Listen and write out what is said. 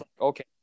okay